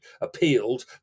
appealed